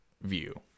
view